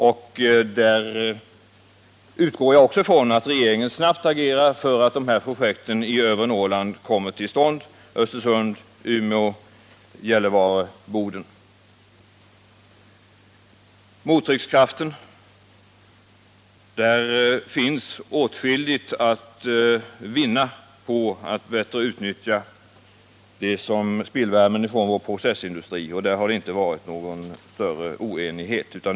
Jag utgår från att regeringen snabbt agerar så att dessa projekt i övre Norrland — i Östersund, Umeå, Gällivare och Boden — kommer till stånd. 6. Mottryckskraften. Det finns åtskilligt att vinna genom att bättre utnyttja spillvärmen från vår processindustri. Här har det inte rått någon större oenighet.